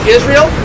Israel